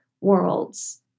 worlds